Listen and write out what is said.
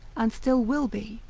and still will be,